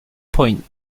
point